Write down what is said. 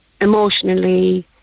emotionally